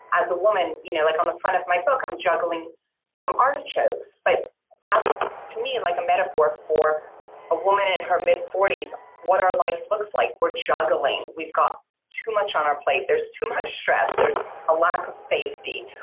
as a woman you know like on the front of my book, i'm juggling some artichokes, but that's to me like a metaphor for a woman in her mid-forties what our life looks like. we're juggling, we've got too much on our plate, there's too much stress, there's a lack of safety,